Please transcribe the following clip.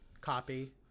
copy